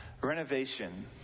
renovation